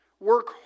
Work